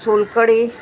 solkadhi